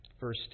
verse